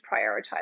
prioritize